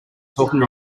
talking